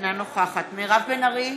אינה נוכחת מירב בן ארי,